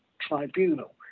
tribunal